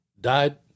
died